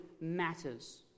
matters